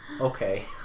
Okay